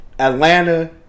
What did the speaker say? Atlanta